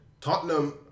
Tottenham